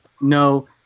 no